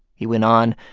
he went on.